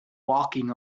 walking